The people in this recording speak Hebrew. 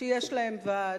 שיש להם ועד,